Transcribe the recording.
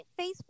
Facebook